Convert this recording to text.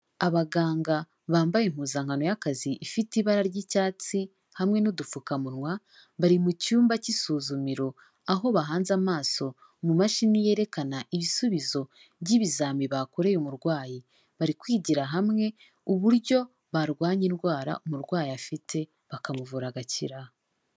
Abaganga bambaye impuzankano y'akazi ifite ibara ry'icyatsi hamwe n'udupfukamunwa, bari mu cyumba cy'isuzumiro aho bahanze amaso mu mashini yerekana ibisubizo by'ibizami bakoreye umurwayi, bari kwigira hamwe uburyo barwanya indwara umurwayi afite bakamuvura agakira.